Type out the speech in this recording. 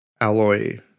alloy